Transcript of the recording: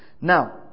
Now